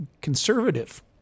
conservative